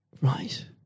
Right